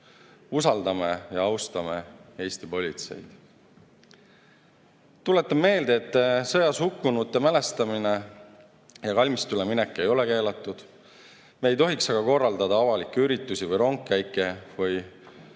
Usaldame ja austame Eesti politseid. Tuletan meelde, et sõjas hukkunute mälestamine ja kalmistule minek ei ole keelatud. Me ei tohiks aga korraldada avalikke üritusi ega rongkäike ega